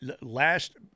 last